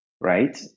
right